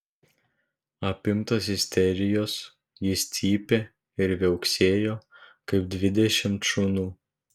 apimtas isterijos jis cypė ir viauksėjo kaip dvidešimt šunų